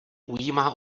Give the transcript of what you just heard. ujímá